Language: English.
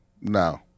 No